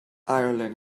ireland